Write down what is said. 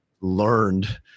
learned